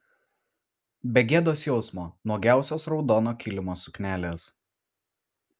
be gėdos jausmo nuogiausios raudono kilimo suknelės